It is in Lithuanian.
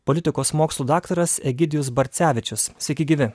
politikos mokslų daktaras egidijus barcevičius sveiki gyvi